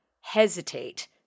hesitate